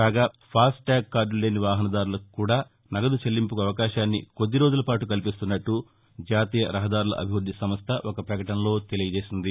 కాగాఫాస్ట్ tag కార్గులు లేని వాహసదారులకు కూడా నగదు చెల్లింపుకు అవకాశాన్ని కొద్దిరోజులపాటు కల్పిస్తున్నట్లు జాతీయ రహదారుల అభివృద్ది సంస్థ ఒక పకటనలో తెలియజేసింది